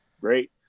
Great